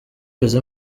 jose